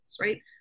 right